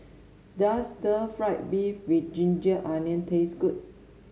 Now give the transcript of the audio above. does stir fry beef with ginger onion taste good